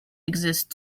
exist